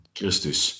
Christus